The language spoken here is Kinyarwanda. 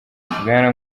bwana